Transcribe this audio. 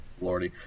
Lordy